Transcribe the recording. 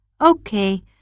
Okay